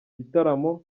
gitaramo